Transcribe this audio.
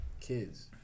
kids